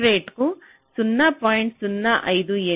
సబ్స్ట్రేట్కు 0